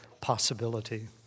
possibility